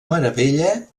meravella